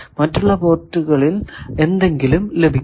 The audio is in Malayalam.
മറ്റുള്ള പോർട്ടിൽ എന്തെങ്കിലും ലഭിക്കും